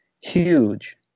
Huge